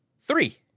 three